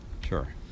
Sure